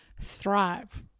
thrive